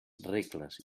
regles